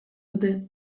dute